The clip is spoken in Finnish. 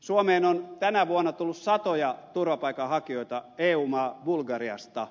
suomeen on tänä vuonna tullut satoja turvapaikanhakijoita eu maa bulgariasta